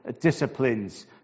disciplines